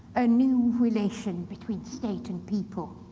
a new relation between state and people.